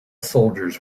soldiers